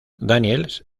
daniels